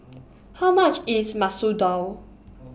How much IS Masoor Dal